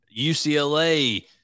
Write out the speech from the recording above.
UCLA